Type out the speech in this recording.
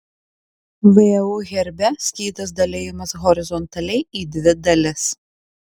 vu herbe skydas dalijamas horizontaliai į dvi dalis